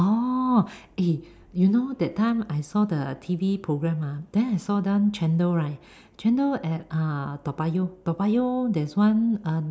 orh eh you know that time I saw the T_V programme ah then I saw that one chendol right chendol at uh Toa-Payoh Toa-Payoh there's one uh